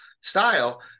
style